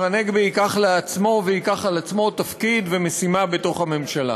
הנגבי ייקח לעצמו וייקח על עצמו תפקיד ומשימה בתוך הממשלה.